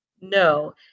No